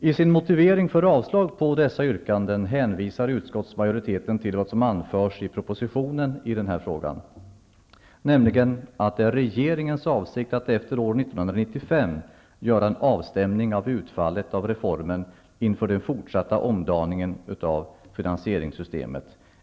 I sin motivering för yrkandet om avslag på dessa motioner hänvisar utskottsmajoriteten till vad som anförts i propositionen i den här frågan, nämligen att det är regeringens avsikt att efter år 1995 göra en avstämning av utfallet av reformen inför den fortsatta omdaningen av finansieringssystemet.